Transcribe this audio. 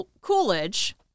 Coolidge